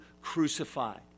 crucified